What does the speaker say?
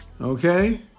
Okay